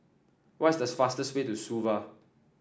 what is the fastest way to Suva